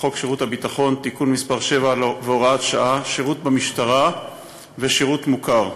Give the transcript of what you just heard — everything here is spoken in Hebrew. שירות ביטחון (תיקון מס׳ 7 והוראת שעה) (שירות במשטרה ושירות מוכר)